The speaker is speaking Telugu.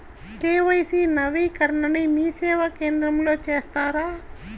కే.వై.సి నవీకరణని మీసేవా కేంద్రం లో చేస్తారా?